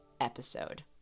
episode